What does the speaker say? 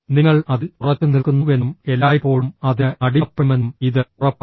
നിങ്ങൾ അതിൽ ഉറച്ചുനിൽക്കുന്നുവെന്നും എല്ലായ്പ്പോഴും അതിന് അടിമപ്പെടുമെന്നും ഇത് ഉറപ്പാക്കും